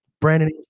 Brandon